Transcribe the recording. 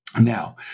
Now